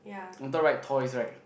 on top write toys right